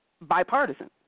Bipartisan